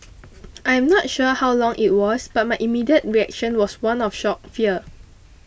I am not sure how long it was but my immediate reaction was one of shock fear